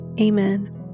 Amen